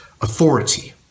authority